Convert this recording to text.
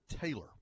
Taylor